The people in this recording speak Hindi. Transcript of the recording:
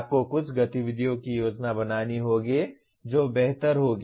आपको कुछ गतिविधियों की योजना बनानी होगी जो बेहतर होंगी